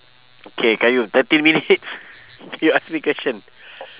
okay qayyum thirteen minutes quick ask me question